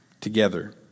together